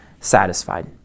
satisfied